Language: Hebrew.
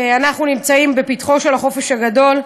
אנחנו נמצאים בפתחו של החופש הגדול,